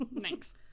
Thanks